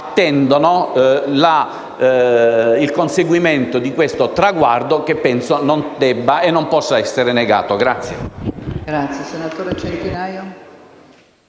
attendono il conseguimento di questo traguardo, che penso non debba e non possa essere negato.